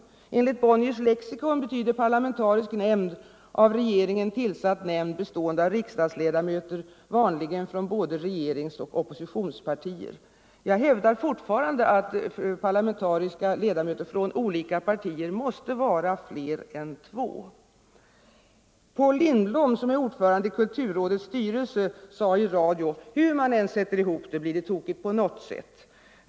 Enligt Bonniers lexikon betyder parlamentarisk nämnd ”av regeringen tillsatt nämnd bestående av riksdagsledamöter, vanl. från både regeringsoch oppositionspartier”. Jag hävdar fortfarande att en parlamentarisk nämnd från olika partier måste innebära ledamöter från fler än två partier. Paul Lindblom, som är ordförande i kulturrådets styrelse, har i en radioutsändning uttalat att hur man än sätter ihop kulturrådet, blir resultatet tokigt på något sätt.